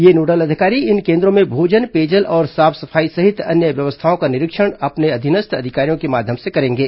ये नोडल अधिकारी इन केन्द्रों में भोजन पेयजल और साफ सफाई सहित अन्य व्यवस्थाओं का निरीक्षण अपने अधीनस्थ अधिकारियों के माध्यम से करेंगे